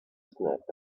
snack